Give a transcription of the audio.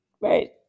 right